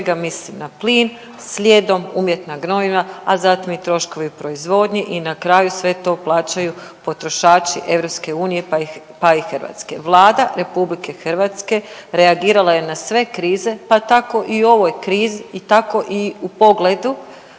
svega mislim na plin slijedom umjetna gnojiva, a zatim i troškovi proizvodnje i na kraju sve to plaćaju potrošači EU pa i Hrvatske. Vlada RH reagirala je na sve krize pa tako i u ovoj krizi i tako i u pogledu